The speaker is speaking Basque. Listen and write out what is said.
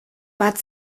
bat